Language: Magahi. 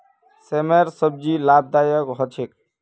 सेमेर सब्जी लाभदायक ह छेक